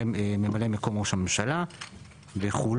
ממלא מקום ראש הממשלה וכו'.